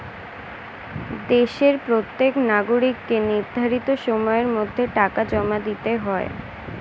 দেশের প্রত্যেক নাগরিককে নির্ধারিত সময়ের মধ্যে টাকা জমা দিতে হয়